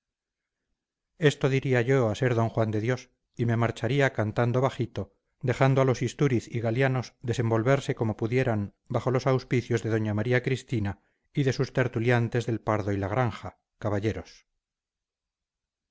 esto diría yo a ser d juan de dios y me marcharía cantando bajito dejando a los istúriz y galianos desenvolverse como pudieran bajo los auspicios de doña maría cristina y de sus tertuliantes del pardo y la granja caballeros